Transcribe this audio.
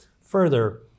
Further